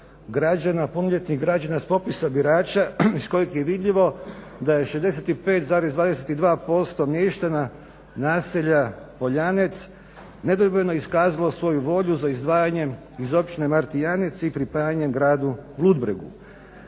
građana, punoljetnih građana s popisa birača iz kojeg je vidljivo da je 65,22% mještana naselja Poljanec nedvojbeno iskazalo svoju volju za izdvajanjem iz općine Martijanec i pripajanjem gradu Ludbregu.